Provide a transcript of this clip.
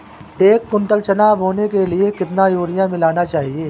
एक कुंटल चना बोने के लिए कितना यूरिया मिलाना चाहिये?